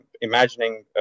imagining